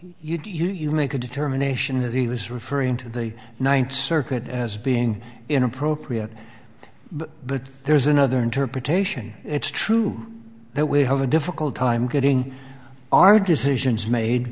you do you make a determination that he was referring to the ninth circuit as being inappropriate but there's another interpretation it's true that we have a difficult time getting our decisions made